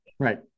right